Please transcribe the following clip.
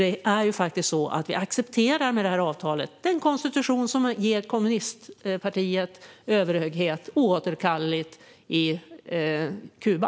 Det är faktiskt på det sättet att vi med detta avtal accepterar den konstitution som oåterkalleligt ger kommunistpartiet överhöghet på Kuba.